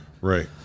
Right